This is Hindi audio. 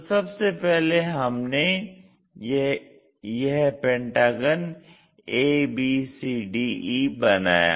तो सबसे पहले हमने यह पेंटागन abcde बनाया